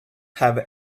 have